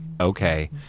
Okay